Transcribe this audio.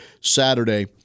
Saturday